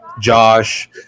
josh